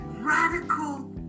radical